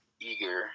eager